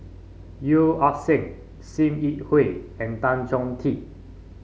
Yeo Ah Seng Sim Yi Hui and Tan Chong Tee